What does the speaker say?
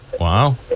Wow